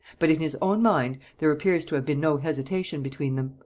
but in his own mind there appears to have been no hesitation between them.